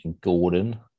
Gordon